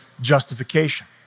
justification